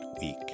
week